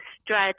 stretch